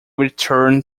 return